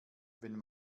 wenn